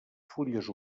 fulles